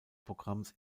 programms